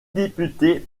députés